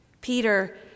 Peter